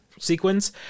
Sequence